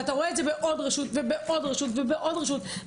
ואתה רואה את זה בעוד רשות ובעוד רשות ובעוד רשות,